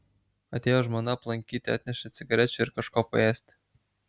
atėjo žmona aplankyti atnešė cigarečių ir kažko paėsti